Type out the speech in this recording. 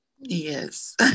Yes